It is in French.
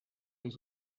aux